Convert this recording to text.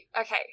Okay